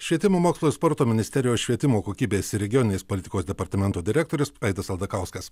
švietimo mokslo ir sporto ministerijos švietimo kokybės ir regioninės politikos departamento direktorius aidas aldakauskas